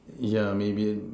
yeah maybe